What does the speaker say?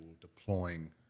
deploying